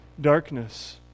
darkness